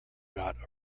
got